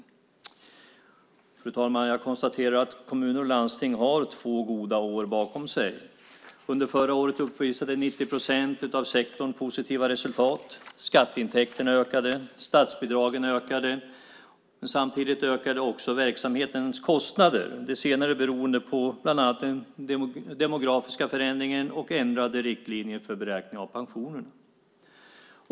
Fru talman! Jag konstaterar att kommuner och landsting har två goda år bakom sig. Under förra året uppvisade 90 procent av sektorn positiva resultat. Skatteintäkterna ökade. Statsbidragen ökade. Samtidigt ökade också verksamhetens kostnader, det senare beroende på bland annat den demografiska förändringen och ändrade riktlinjer för beräkning av pensionerna.